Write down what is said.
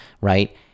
right